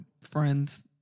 friends